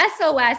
SOS